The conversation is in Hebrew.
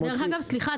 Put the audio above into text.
סליחה,